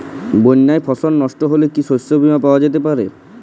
বন্যায় ফসল নস্ট হলে কি শস্য বীমা পাওয়া যেতে পারে?